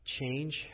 change